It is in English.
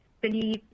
believe